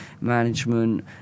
management